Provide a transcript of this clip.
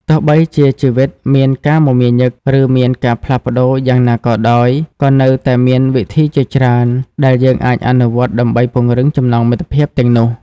បើទោះជាជីវិតមានការមមាញឹក ឬមានការផ្លាស់ប្តូរយ៉ាងណាក៏ដោយ ក៏នៅតែមានវិធីជាច្រើនដែលយើងអាចអនុវត្តដើម្បីពង្រឹងចំណងមិត្តភាពទាំងនោះ។